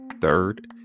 third